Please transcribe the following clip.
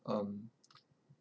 um